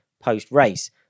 post-race